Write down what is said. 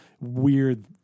weird